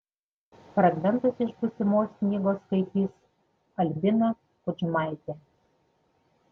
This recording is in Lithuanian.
fragmentus iš būsimos knygos skaitys albina kudžmaitė